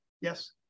Yes